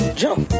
jump